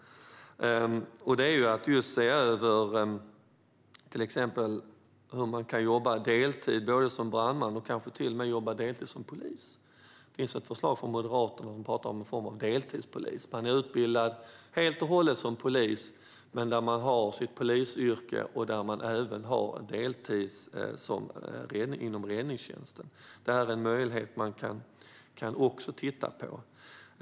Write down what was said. Man kan jobba deltid som brandman, och vi kan kanske se över möjligheten att till och med jobba deltid som polis. Det finns ett förslag från Moderaterna där vi talar om någon form av deltidspolis. Man är då utbildad helt och hållet som polis men har sitt polisyrke och jobbar även deltid inom Räddningstjänsten. Det är en möjlighet man kan titta på.